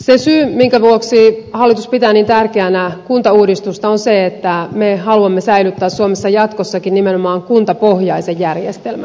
se syy minkä vuoksi hallitus pitää niin tärkeänä kuntauudistusta on se että me haluamme säilyttää suomessa jatkossakin nimenomaan kuntapohjaisen järjestelmän